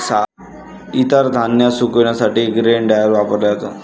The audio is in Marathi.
इतर धान्य सुकविण्यासाठी ग्रेन ड्रायर वापरला जातो